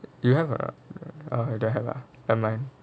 you have ah oh don't have ah never mind